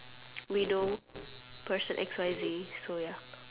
we know person X Y Z so ya